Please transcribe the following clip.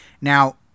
Now